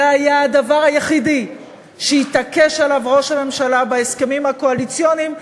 זה היה הדבר היחיד שהתעקש עליו ראש הממשלה בהסכמים הקואליציוניים,